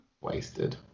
Wasted